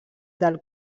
del